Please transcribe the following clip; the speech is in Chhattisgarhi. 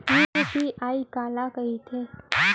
यू.पी.आई काला कहिथे?